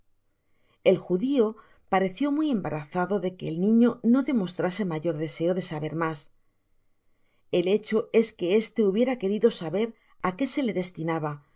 el judio pareció muy embarazado de que el niño no demostrase mayor deseo de saber mas el hecho es que este hubiera querido saber á que se le destinaba